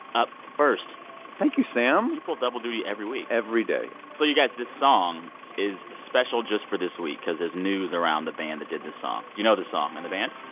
up first thank you, sam you pull double duty every week every day so you guys, this song is special just for this week because there's news around the band that did the song. you know the song and the band?